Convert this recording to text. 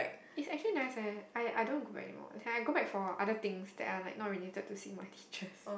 it's actually nice eh I I don't go back anymore and I go for other things that are not related to seeing my teachers